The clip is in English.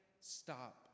stop